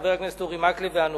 חבר הכנסת אורי מקלב ואנוכי.